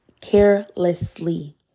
carelessly